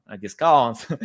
discounts